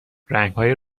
رنگهای